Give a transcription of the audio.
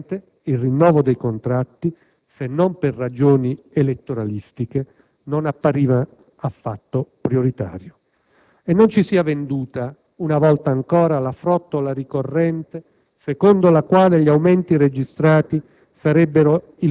E francamente il rinnovo dei contratti, se non per ragioni elettoralistiche, non appare affatto prioritario. E non ci sia venduta la frottola ricorrente, secondo la quale gli aumenti registrati